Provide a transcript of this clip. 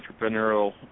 entrepreneurial